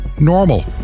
normal